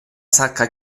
sacca